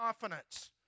confidence